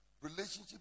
relationship